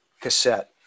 cassette